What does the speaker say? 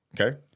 okay